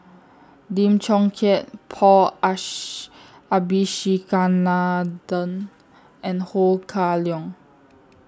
Lim Chong Keat Paul Abisheganaden and Ho Kah Leong